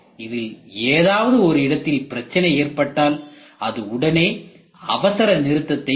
இதில் ஏதாவது ஓரிடத்தில் பிரச்சனை ஏற்பட்டால் அது உடனே அவசர நிறுத்தத்தை இயக்குகிறது